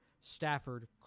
Stafford